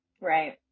Right